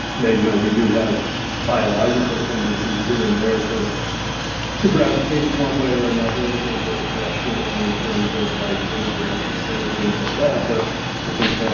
now, you know, we do have biological tendencies here and there to to gravitate one way or another in terms of aggression or in terms of like things we're interested in, things like that. but i think